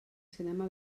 cinema